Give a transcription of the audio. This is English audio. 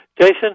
Jason